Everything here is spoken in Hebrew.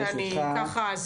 שאני ככה.